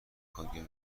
کاگب